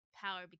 power